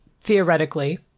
theoretically